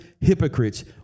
hypocrites